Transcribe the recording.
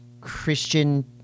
Christian